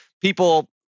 people